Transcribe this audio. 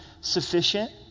sufficient